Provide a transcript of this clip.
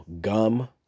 gum